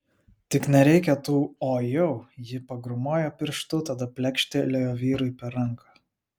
tik nereikia tų o jau ji pagrūmojo pirštu tada plekštelėjo vyrui per ranką